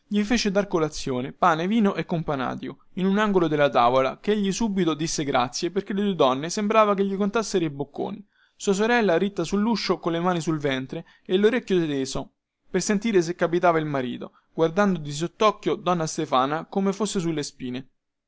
gli fece dar da colazione pane vino e companatico in un angolo della tavola che egli subito disse grazie perchè le due donne sembrava che gli contassero i bocconi sua sorella ritta sulluscio colle mani sul ventre e lorecchio teso per sentire se capitava il marito guardando di sottocchio donna stefana come fosse sulle spine